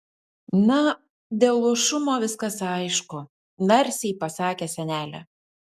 na dėl luošumo viskas aišku narsiai pasakė senelė